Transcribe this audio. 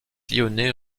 lyonnais